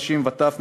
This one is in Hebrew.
נשים וטף,